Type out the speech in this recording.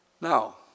Now